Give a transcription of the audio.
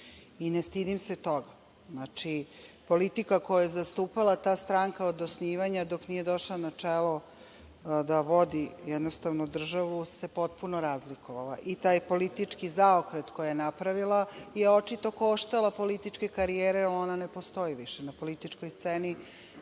i ne stidim se toga. Politika koju je zastupala ta stranka od osnivanja dok nije došla na čelu da vodi državu se potpuno razlikovala i taj politički zaokret koji je napravila je očito koštala političke karijere jer ne postoji više na političkoj sceni